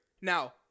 now